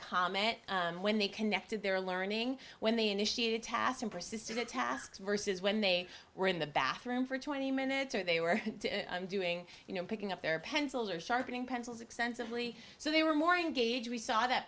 comment when they connected their learning when they initiated task in persistent tasks versus when they were in the bathroom for twenty minutes or they were doing you know picking up their pencil or sharpening pencils extensively so they were more engaged we saw that